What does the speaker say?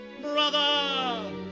brother